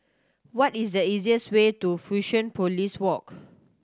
what is the easiest way to Fusionopolis Walk